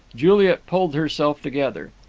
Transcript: juliet pulled herself together.